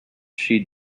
she